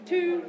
Two